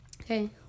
Okay